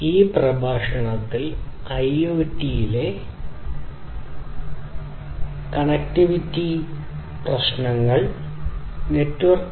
ഈ പ്രഭാഷണത്തിൽ ഐഒടിയിലെ നെറ്റ്വർക്കിംഗ് പ്രശ്നങ്ങൾ ചർച്ച ചെയ്യാൻ പോകുന്നു